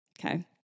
Okay